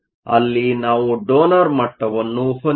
ಅಲ್ಲಿ ನಾವು ಡೋನರ್ ಮಟ್ಟವನ್ನು ಹೊಂದಿದ್ದೇವೆ